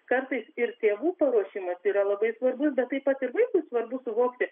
kartais ir tėvų paruošimas yra labai svarbus bet taip pat ir vaikui svarbu suvokti